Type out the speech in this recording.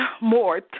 more